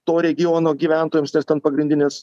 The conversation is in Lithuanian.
to regiono gyventojams nes ten pagrindinės